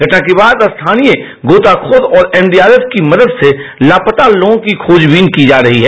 घटना के बाद स्थानीय गोताखोर और एनडीआरएफ की मदद से लापता लोग की खोजबीन की जा रही है